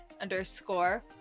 underscore